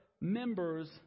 members